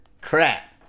Crap